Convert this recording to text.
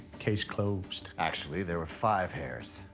case closed. actually, there were five hairs.